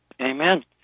Amen